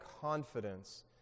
confidence